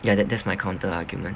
yeah that that's my counter argument